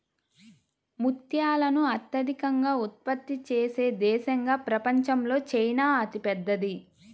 ముత్యాలను అత్యధికంగా ఉత్పత్తి చేసే దేశంగా ప్రపంచంలో చైనా అతిపెద్దది